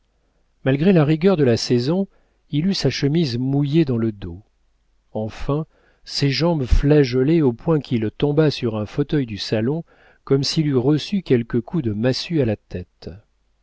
malgré la rigueur de la saison il eut sa chemise mouillée dans le dos enfin ses jambes flageolaient au point qu'il tomba sur un fauteuil du salon comme s'il eût reçu quelque coup de massue à la tête